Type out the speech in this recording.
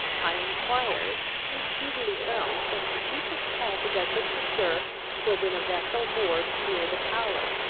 i enquired, and speedily found that the cheapest passage i could procure was in a vessel moored near the tower,